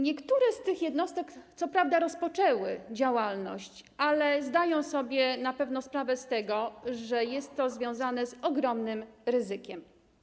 Niektóre z tych jednostek co prawda rozpoczęły działalność, ale zdają sobie na pewno sprawę z tego, że jest to związane z ogromnym ryzykiem.